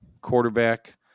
quarterback